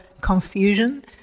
confusion